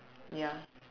ya